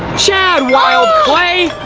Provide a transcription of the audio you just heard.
chad wild clay!